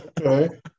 Okay